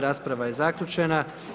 Rasprava je zaključena.